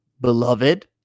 beloved